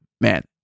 man